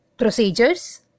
procedures